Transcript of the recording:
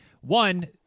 One